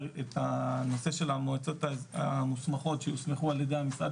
את הנושא של המועצות המוסמכות שהוסמכו על-ידי המשרד,